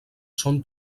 són